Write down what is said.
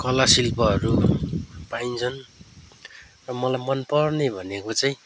कलाशिल्पहरू पाइन्छन् र मलाई मनपर्ने भनेको चाहिँ